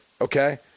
okay